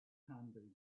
handy